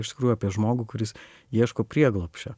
iš tikrųjų apie žmogų kuris ieško prieglobsčio